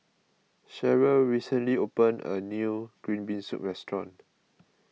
Cherelle recently opened a new Green Bean Soup restaurant